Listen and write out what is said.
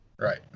right